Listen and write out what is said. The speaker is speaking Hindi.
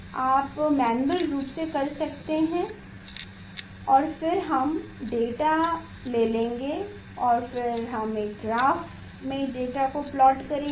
आप मैन्युअल रूप से कर सकते हैं और फिर हम डेटा ले लेंगे और फिर हम एक ग्राफ में डेटा को प्लॉट करेंगे